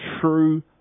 true